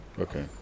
Okay